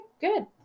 good